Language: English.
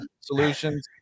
solutions